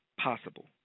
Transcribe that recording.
possible